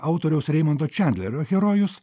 autoriaus reimonto čandlerio herojus